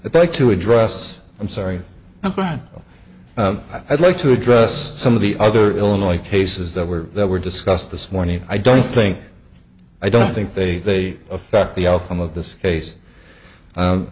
they like to address i'm sorry i'm trying i'd like to address some of the other illinois cases that were that were discussed this morning i don't think i don't think they affect the outcome of this case